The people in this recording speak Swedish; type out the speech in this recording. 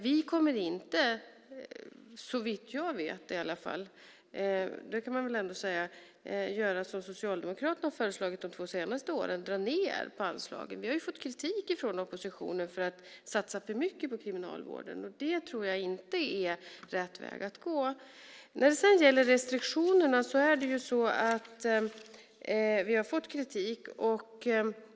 Vi kommer inte, såvitt jag vet i alla fall, att göra som Socialdemokraterna har föreslagit de två senaste åren, nämligen att dra ned på anslagen. Vi har fått kritik från oppositionen för att satsa för mycket på Kriminalvården. Det tror jag inte är rätt väg att gå. Vi har fått kritik när det gäller restriktionerna.